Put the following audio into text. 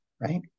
right